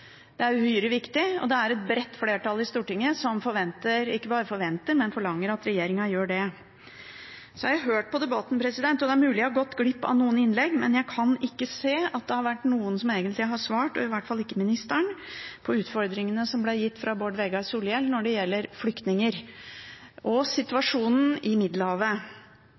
Det er uhyre viktig, og det er et bredt flertall i Stortinget som ikke bare forventer, men forlanger at regjeringen gjør det. Så har jeg hørt på debatten – og det er mulig jeg har gått glipp av noen innlegg – men jeg kan ikke se at det har vært noen som egentlig har svart, og i hvert fall ikke ministeren, på utfordringene som ble gitt fra Bård Vegar Solhjell når det gjelder flyktninger og situasjonen i Middelhavet.